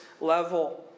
level